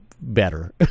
better